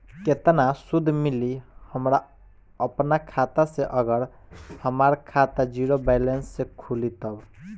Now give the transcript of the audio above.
केतना सूद मिली हमरा अपना खाता से अगर हमार खाता ज़ीरो बैलेंस से खुली तब?